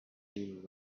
been